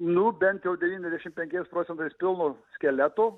nu bent jau devyniasdešim penki ir pilu skeleto